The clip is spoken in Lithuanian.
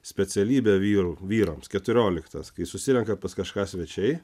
specialybė vyrų vyrams keturioliktas kai susirenka pas kažką svečiai